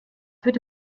würde